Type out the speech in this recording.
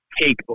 take